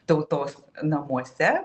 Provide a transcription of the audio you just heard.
tautos namuose